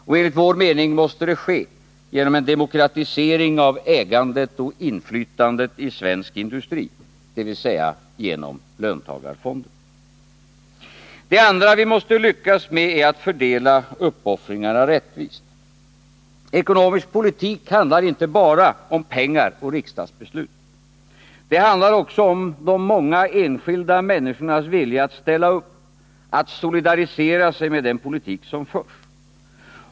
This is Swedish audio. Och enligt vår mening måste det ske genom en demokratisering av ägandet och inflytandet i svensk industri, dvs. genom löntagarfonder. Det andra vi måste lyckas med är att fördela uppoffringarna rättvist. Ekonomisk politik handlar inte bara om pengar och riksdagsbeslut. Det handlar också om de många enskilda människornas vilja att ställa upp, att solidarisera sig med den politik som förs.